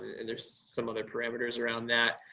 and there's some other parameters around that.